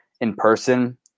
in-person